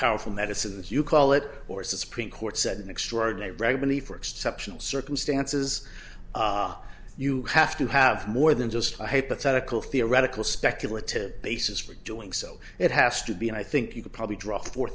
powerful medicine as you call it or supreme court said an extraordinary regni for exceptional circumstances you have to have more than just a hypothetical theoretical speculative basis for doing so it has to be and i think you could probably dr